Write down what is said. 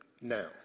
now